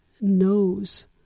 knows